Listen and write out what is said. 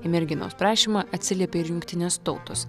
į merginos prašymą atsiliepė ir jungtinės tautos